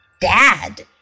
Dad